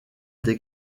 des